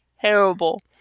terrible